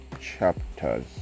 chapters